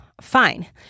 fine